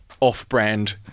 off-brand